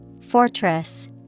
Fortress